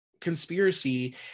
conspiracy